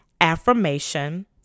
affirmation